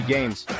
Games